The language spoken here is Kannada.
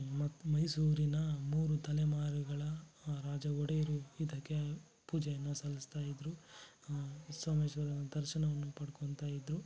ಮತ್ತು ಮೈಸೂರಿನ ಮೂರು ತಲೆಮಾರುಗಳ ಆ ರಾಜಒಡೆಯರು ಇದಕ್ಕೆ ಪೂಜೆಯನ್ನು ಸಲ್ಲಿಸ್ತಾಯಿದ್ರು ಸೋಮೇಶ್ವರನ ದರ್ಶನವನ್ನು ಪಡ್ಕೊತಾಯಿದ್ರು